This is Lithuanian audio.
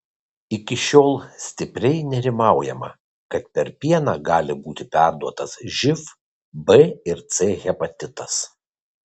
iki šiol stipriai nerimaujama kad per pieną gali būti perduotas živ b ir c hepatitas